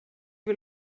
wir